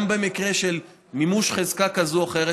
גם במקרה של מימוש חזקה כזאת או אחרת,